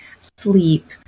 sleep